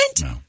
No